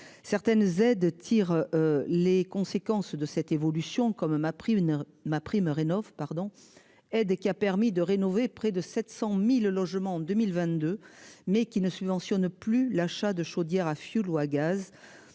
certaines aides tire. Les conséquences de cette évolution comme m'a pris une MaPrimeRénov pardon aide qui a permis de rénover près de 700.000 logements en 2022 mais qui ne subventionne plus l'achat de chaudières à fioul ou à gaz